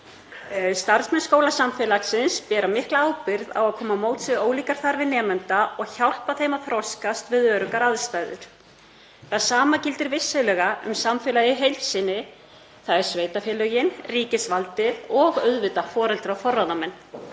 Starfsmenn skólasamfélagsins bera mikla ábyrgð á að koma til móts við ólíkar þarfir nemenda og hjálpa þeim að þroskast við öruggar aðstæður. Það sama gildir vissulega um samfélagið í heild sinni, þ.e. sveitarfélögin, ríkisvaldið og auðvitað foreldra og forráðamenn.